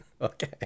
Okay